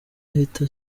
ahita